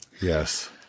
Yes